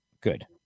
Good